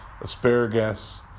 asparagus